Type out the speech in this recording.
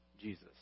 Jesus